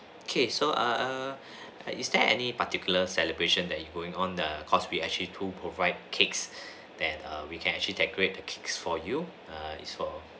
okay so err err is there any particular celebration that you going on the because we actually do provide cakes that err we can actually decorate the cakes for you err is for